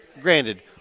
granted